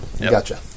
Gotcha